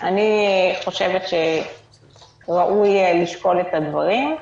אני חושבת שראוי לשקול את הדברים.